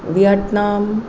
Vietnam